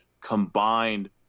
combined